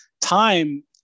Time